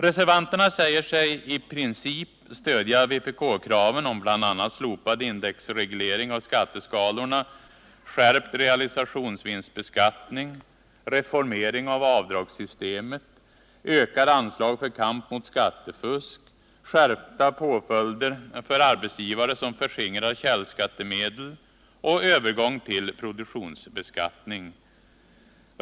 Reservanterna säger sig i princip stödja vpk-kraven om bl.a. slopad indexreglering av skatteskalorna, skärpt realisationsvinstbeskattning, reformering av avdragssystemet, ökade anslag för kamp mot skattefusk, skärpta påföljder för arbetsgivare som förskingrar källskattemedel och övergång till produktionsbeskattning.